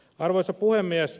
arvoisa puhemies